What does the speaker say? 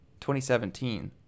2017